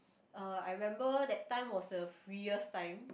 uh I remember that time was the freest time